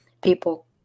people